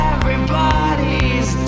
Everybody's